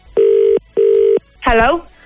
Hello